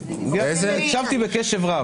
הקשבתי בקשב רב.